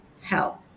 help